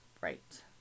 Right